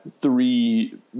three